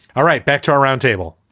all right. back to our roundtable.